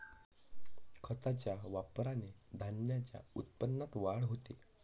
खताच्या वापराने धान्याच्या उत्पन्नात वाढ होते